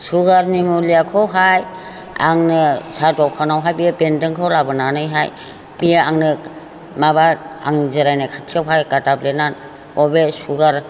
सुगारनि मुलियाखौ आंनो साहा दखानावहाय बे बेंदोंखौ लाबोनानैहाय बे आंनो माबा आं जिरायनाय खाथियावहाय गादाब्लेनानै अबे सुगार